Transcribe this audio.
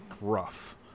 rough